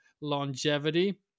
longevity